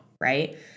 right